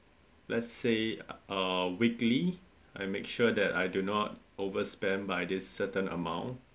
let's say uh weekly I make sure that I do not overspend by this certain amount